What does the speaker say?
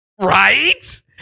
right